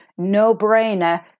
no-brainer